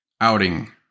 outing